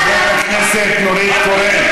חברת הכנסת נורית קורן.